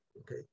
okay